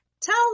Tell